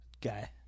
guy